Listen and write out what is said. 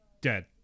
dead